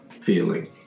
feeling